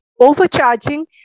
overcharging